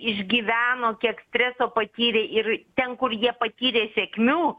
išgyveno kiek streso patyrė ir ten kur jie patyrė sėkmių